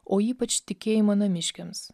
o ypač tikėjimo namiškiams